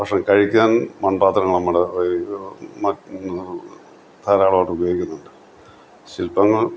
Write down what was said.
ഭക്ഷണം കഴിക്കാൻ മൺപാത്രമാണ് നമ്മുടെ ഈ മൻ ധാരാളമായിട്ട് ഉപയോഗിക്കുന്നുണ്ട് ശില്പങ്ങൾ